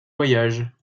voyages